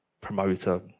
promoter